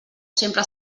sempre